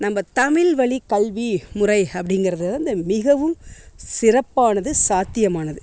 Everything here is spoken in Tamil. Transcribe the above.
நம்ப தமிழ் வழிக் கல்வி முறை அப்படிங்கிறது வந்து மிகவும் சிறப்பானது சாத்தியமானது